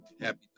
happy